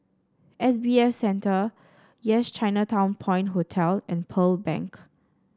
S B F Center Yes Chinatown Point Hotel and Pearl Bank